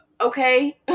okay